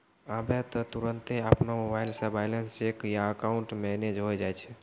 आबै त तुरन्ते अपनो मोबाइलो से बैलेंस चेक या अकाउंट मैनेज होय जाय छै